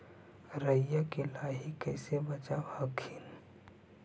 राईया के लाहि कैसे बचाब हखिन?